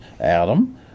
Adam